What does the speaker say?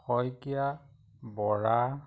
Saikia Bora